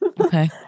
Okay